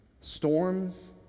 storms